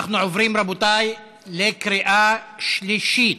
רבותי, אנחנו עוברים לקריאה שלישית.